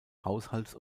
haushalts